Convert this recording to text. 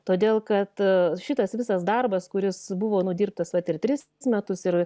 todėl kad šitas visas darbas kuris buvo nudirbtas vat ir tris metus ir